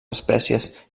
espècies